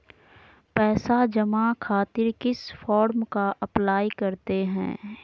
पैसा जमा खातिर किस फॉर्म का अप्लाई करते हैं?